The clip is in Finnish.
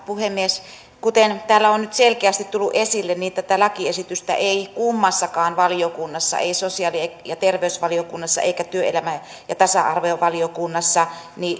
puhemies kuten täällä on nyt selkeästi tullut esille tätä lakiesitystä ei kummassakaan valiokunnassa ei sosiaali ja terveysvaliokunnassa eikä työelämä ja tasa arvovaliokunnassa